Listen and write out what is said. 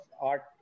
art